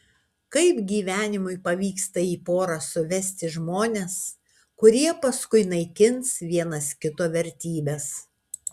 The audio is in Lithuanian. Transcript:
kaip gyvenimui pavyksta į porą suvesti žmones kurie paskui naikins vienas kito vertybes